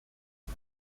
это